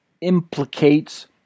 implicates